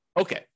Okay